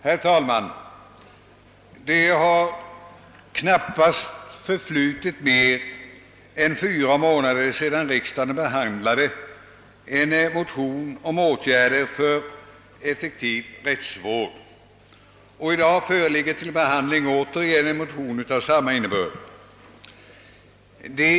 Herr talman! Det har knappast förflutit mer än fyra månader sedan riksdagen behandlade motioner om åtgärder för en effektiv rättsvård. I dag föreligger återigen till behandling motioner av samma innebörd.